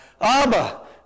Abba